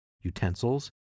utensils